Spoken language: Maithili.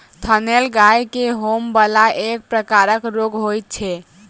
थनैल गाय के होमय बला एक प्रकारक रोग होइत छै